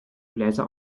bläser